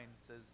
says